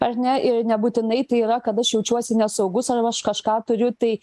ar ne ir nebūtinai tai yra kad aš jaučiuosi nesaugus arba aš kažką turiu tai